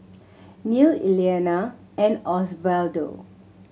Neal Elianna and Osbaldo